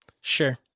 Sure